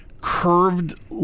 Curved